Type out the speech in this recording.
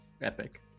Epic